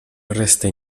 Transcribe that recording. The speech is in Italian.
resta